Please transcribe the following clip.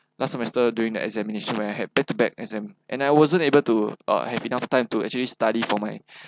last semester during the examination when I had back to back exam and I wasn't able to uh have enough time to actually study for my